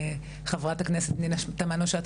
חברת הכנסת פנינה תמנו שטה,